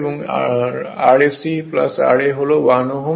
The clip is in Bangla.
এবং Rse ra হল 1 Ω